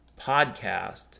podcast